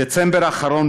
בדצמבר האחרון,